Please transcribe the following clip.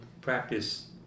practice